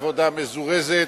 עבודה מזורזת,